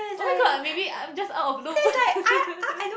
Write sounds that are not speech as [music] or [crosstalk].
oh-my-god maybe I'm just out of loop [laughs]